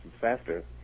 faster